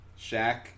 Shaq